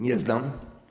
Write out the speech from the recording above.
Nie znam.